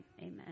amen